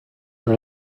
for